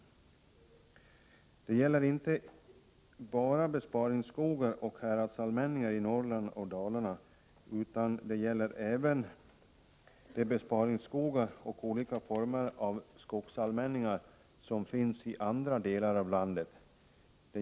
Detta gäller inte bara besparingsskogar och häradsallmänningar i Norrland och Dalarna utan även de besparingsskogar och olika former av skogsallmänningar som finns i andra delar av landet.